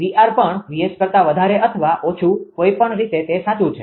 𝑉𝑅 પણ 𝑉𝑆 કરતા વધારે અથવા ઓછું કોઈપણ રીતે તે સાચું છે